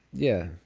yeah.